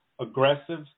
aggressive